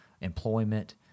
employment